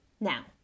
Now